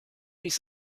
teach